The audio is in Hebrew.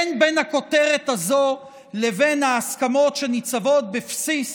אין בין הכותרת הזאת לבין ההסכמות שניצבות בבסיס